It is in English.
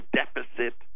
deficit